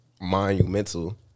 monumental